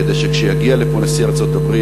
כדי שכשיגיע לפה נשיא ארצות-הברית,